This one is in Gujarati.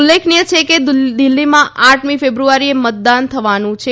ઉલ્લેખનીય છે કે દિલ્હીમાં આઠમી ફેબ્રઆરીએ મતદાન થવાનું છે